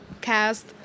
cast